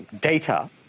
data